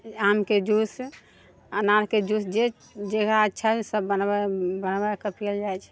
आमके जूस अनारके जूस जे जे हइ अच्छा सभ बनबै बनबाके पिअल जाइत छै